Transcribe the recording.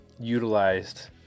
utilized